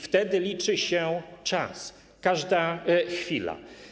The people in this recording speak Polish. Wtedy liczy się czas, każda chwila.